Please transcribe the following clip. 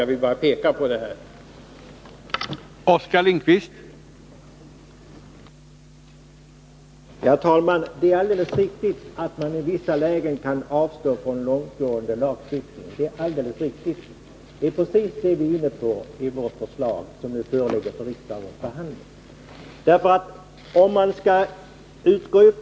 Jag vill bara peka på detta samband.